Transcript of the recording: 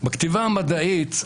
בכתיבה המדעית,